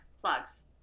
plugs